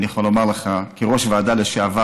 אני יכול לומר לך כראש ועדה לשעבר,